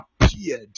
appeared